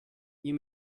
you